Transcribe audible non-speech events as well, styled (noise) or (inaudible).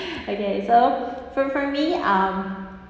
(breath) okay so for for me um